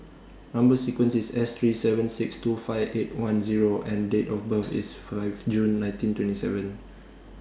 Number sequence IS S three seven six two five eight one Zero and Date of birth IS five June nineteen twenty seven